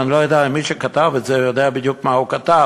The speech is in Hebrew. ואני לא יודע אם מי שכתב את זה יודע בדיוק מה הוא כתב.